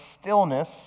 stillness